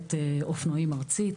מסיירת אופנועים ארצית,